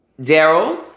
Daryl